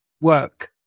work